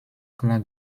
klar